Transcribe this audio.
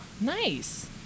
Nice